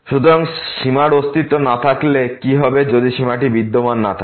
সুতরাং সীমার অস্তিত্ব না থাকলে কি হবে যদি সীমাটি বিদ্যমান না থাকে